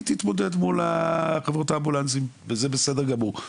היא תתמודד מול חברות האמבולנסים וזה בסדר גמור.